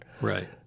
Right